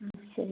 ம் சரிங்க